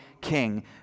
king